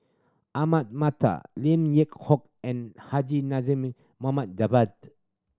Ahmad Mattar Lim Yew Hock and Haji Javad